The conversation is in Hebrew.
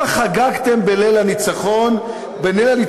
חברי הכנסת יוכלו למנות לעצמם סגנים,